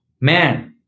Man